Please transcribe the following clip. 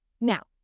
Now